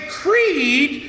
creed